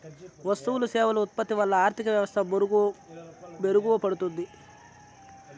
వస్తువులు సేవలు ఉత్పత్తి వల్ల ఆర్థిక వ్యవస్థ మెరుగుపడుతుంది